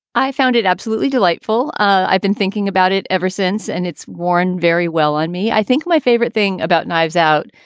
i found it absolutely delightful. i've been thinking about it ever since, and it's worn very well on me. i think my favorite thing about knives out,